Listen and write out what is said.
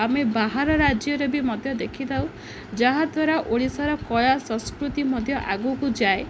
ଆମେ ବାହାର ରାଜ୍ୟରେ ବି ମଧ୍ୟ ଦେଖିଥାଉ ଯାହାଦ୍ୱାରା ଓଡ଼ିଶାର କଳା ସଂସ୍କୃତି ମଧ୍ୟ ଆଗକୁ ଯାଏ